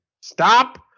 stop